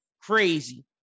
crazy